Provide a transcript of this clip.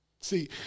see